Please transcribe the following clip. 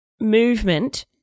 movement